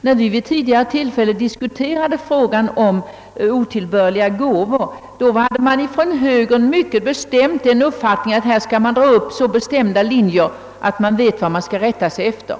När vi vid tidigare tillfällen har diskuterat frågan om otillbörliga gåvor har man från högerns sida mycket bestämt krävt att det skall dras upp klara linjer, så att alla vet vad man har att rätta sig efter.